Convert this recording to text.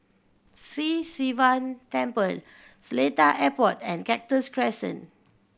Sri Sivan Temple Seletar Airport and Cactus Crescent